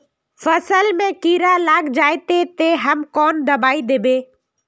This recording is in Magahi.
फसल में कीड़ा लग जाए ते, ते हम कौन दबाई दबे?